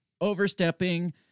overstepping